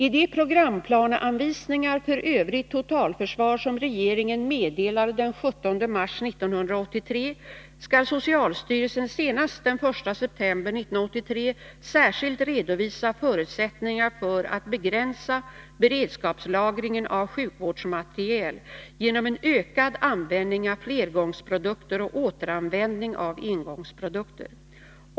I de programplaneanvisningar för övrigt totalförsvar som regeringen meddelade den 17 mars 1983 skall socialstyrelsen senast den 1 september 1983 särskilt redovisa förutsättningar för att begränsa beredskapslagringen av sjukvårdsmateriel genom en ökad användning av flergångsprodukter och återanvändning av engångsprodukter.